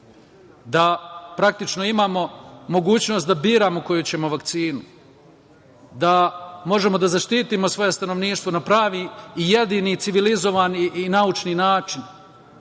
da praktično imamo mogućnost da biramo koju ćemo vakcinu, da možemo da zaštitimo svoje stanovništvo na pravi i jedini i civilizovani i naučni način.